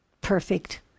Perfect